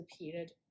repeated